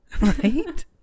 right